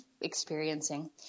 experiencing